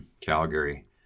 Calgary